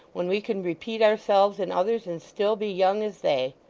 when we can repeat ourselves in others, and still be young as they.